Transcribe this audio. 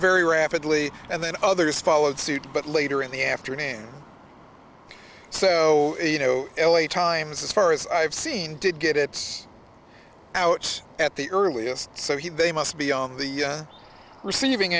very rapidly and then others followed suit but later in the afternoon so you know l a times as far as i've seen did get it out at the earliest so he they must be on the receiving